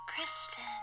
Kristen